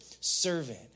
servant